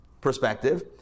perspective